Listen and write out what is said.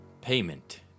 Payment